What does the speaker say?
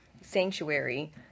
sanctuary